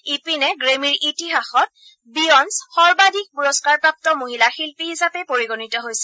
ইপিনে গ্ৰেমীৰ ইতিহাসত বিয়স সৰ্বাধিক পুৰস্বাৰ প্ৰাপ্ত মহিলা শিল্পী হিচাপে পৰিগণিত হৈছে